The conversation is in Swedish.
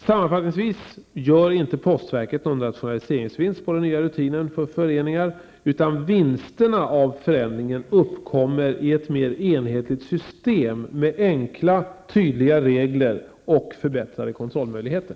Sammanfattningsvis gör inte postverket någon rationaliseringsvinst på den nya rutinen för föreningar, utan vinsterna av förändringen uppkommer i ett mer enhetligt system med enkla tydliga regler och förbättrade kontrollmöjligheter.